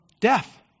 death